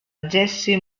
jessie